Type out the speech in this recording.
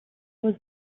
was